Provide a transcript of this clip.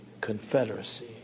confederacy